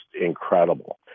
incredible